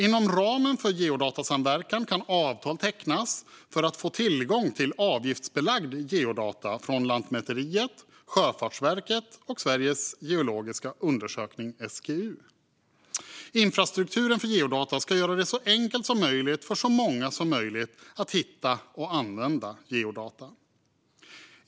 Inom ramen för Geodatasamverkan kan avtal tecknas för att få tillgång till avgiftsbelagda geodata från Lantmäteriet, Sjöfartsverket och Sveriges geologiska undersökning, SGU. Infrastrukturen för geodata ska göra det så enkelt som möjligt för så många som möjligt att hitta och använda geodata.